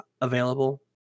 available